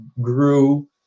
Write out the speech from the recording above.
grew